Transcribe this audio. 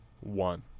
one